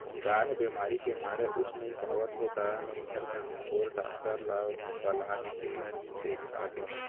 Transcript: गाय ह बेमारी के मारे उठ नइ पावत हे त झटकन ढोर डॉक्टर ल बला के देखा दे